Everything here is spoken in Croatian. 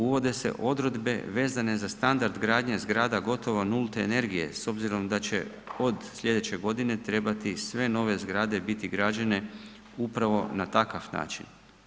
Uvode se odredbe vezane za standard gradnje zgrada gotovo nulte energije s obzirom da će od slijedeće godine sve nove zgrade biti građene upravo na takav način.